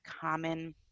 common